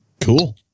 cool